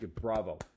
bravo